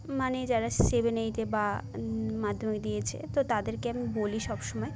মানে যারা সেভেন এইটে বা মাধ্যমিক দিয়েছে তো তাদেরকে আমি বলি সবসময়